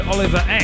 Oliver